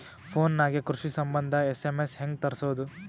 Phone ನಾಗೆ ಕೃಷಿ ಸಂಬಂಧ ಎಸ್.ಎಮ್.ಎಸ್ ಹೆಂಗ ತರಸೊದ?